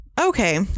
Okay